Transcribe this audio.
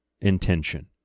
intention